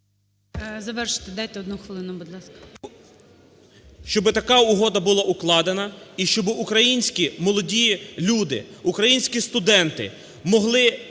Завершити дайте одну хвилину, будь ласка. КРУЛЬКО І.І. Щоб така угода була укладена, і щоб українські молоді люди, українські студенти могли